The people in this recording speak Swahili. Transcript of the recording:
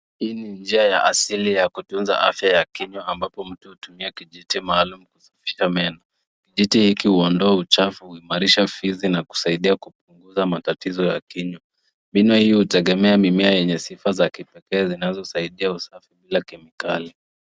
Hii ni njia asili ya kutunza afya ya kinywa ambapo mtu hutumia kijiti maalum kusafisha meno, kijiti hiki huondoa uchafu, huimarisha fisi na kusaidia kupunguza matatizo ya kinywa. Mbinu hii hutegemea mimea yenye sifa za kipekee zinano saidia usafi bila kemikali.